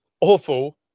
awful